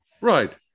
Right